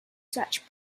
such